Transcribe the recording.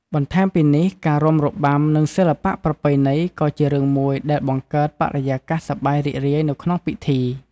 បន្ថែមពីនេះ ការរាំរបាំ និងសិល្បៈប្រពៃណីក៏ជារឿងមួយដែលបង្កើតបរិយាកាសសប្បាយរីករាយនៅក្នុងពិធី។